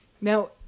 now